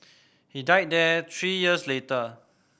he died there three years later